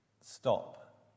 stop